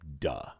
Duh